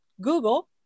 Google